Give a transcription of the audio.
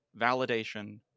validation